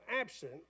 absent